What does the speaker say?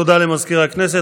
תודה למזכיר הכנסת.